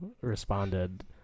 responded